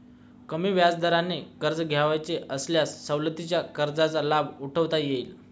कमी व्याजदराने कर्ज घ्यावयाचे असल्यास सवलतीच्या कर्जाचा लाभ उठवता येईल